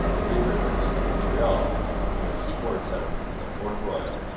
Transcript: three rivers, and montreal than the seaboard settlements of port royal,